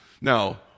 Now